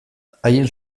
haien